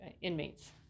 inmates